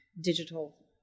digital